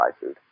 food